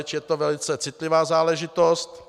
Je to velice citlivá záležitost.